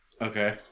Okay